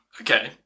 Okay